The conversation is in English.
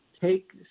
Take